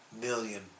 million